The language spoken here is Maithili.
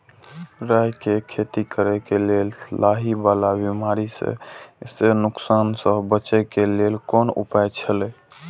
राय के खेती करे के लेल लाहि वाला बिमारी स नुकसान स बचे के लेल कोन उपाय छला?